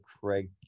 Craig